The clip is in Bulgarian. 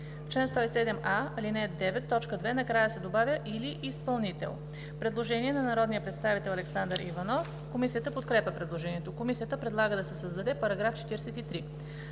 в чл. 107а, ал. 9, т. 2 накрая се добавя „или изпълнител“.“ Предложение на народния представител Александър Иванов. Комисията подкрепя предложението. Комисията предлага да се създаде § 43: „§ 43.